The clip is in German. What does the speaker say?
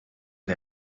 der